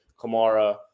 Kamara